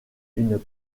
une